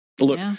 Look